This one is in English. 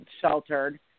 sheltered